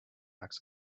act